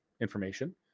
information